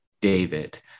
David